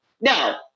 No